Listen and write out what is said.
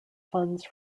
funds